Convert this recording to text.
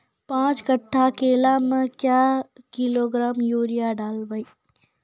पाँच कट्ठा केला मे क्या किलोग्राम यूरिया डलवा?